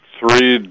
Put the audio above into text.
three